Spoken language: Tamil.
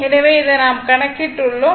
எனவே இதை நாம் கணக்கிட்டுள்ளோம்